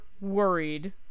worried